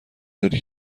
داری